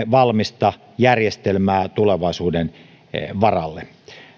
valmista järjestelmää tulevaisuuden varalle